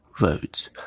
roads